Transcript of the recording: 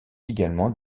également